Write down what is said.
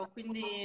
Quindi